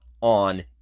on